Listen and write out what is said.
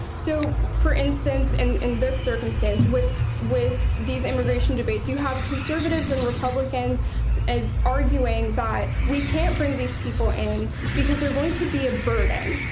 so, for instance, and in this circumstance with with these immigration debates, you have conservatives and republicans and arguing that we can't bring these people in because they're going to be a burden,